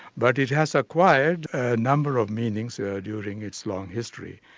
but it has acquired a number of meanings yeah during its long history.